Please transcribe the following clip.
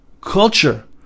culture